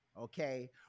okay